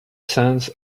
sense